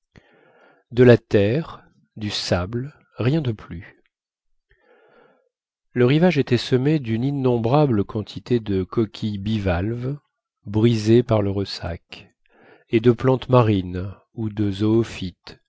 de la terre du sable rien de plus le rivage était semé d'une innombrable quantité de coquilles bivalves brisées par le ressac et de plantes marines ou de